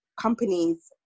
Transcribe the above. companies